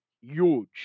huge